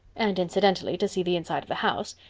and incidentally to see the inside of the house.